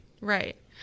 Right